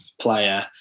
player